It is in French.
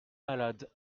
malade